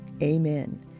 Amen